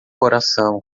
coração